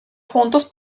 juntos